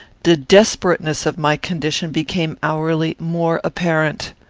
the desperateness of my condition became hourly more apparent.